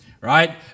Right